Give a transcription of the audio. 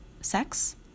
sex